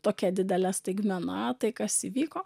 tokia didele staigmena tai kas įvyko